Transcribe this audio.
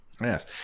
Yes